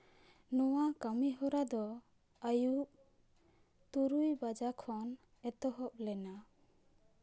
ᱱᱚᱣᱟ ᱠᱟᱹᱢᱤ ᱦᱚᱨᱟᱫᱚ ᱟᱹᱭᱩᱵ ᱛᱩᱨᱩᱭ ᱵᱟᱡᱟᱜ ᱠᱷᱚᱱ ᱮᱛᱚᱦᱚᱵ ᱞᱮᱱᱟ